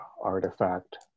artifact